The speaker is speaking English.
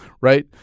right